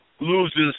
loses